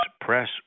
press